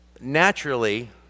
naturally